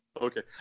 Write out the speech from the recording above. Okay